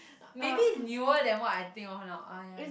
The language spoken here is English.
maybe it's newer than what I think of now ah ya ya yeah